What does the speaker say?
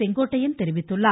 செங்கோட்டையன் தெரிவித்துள்ளார்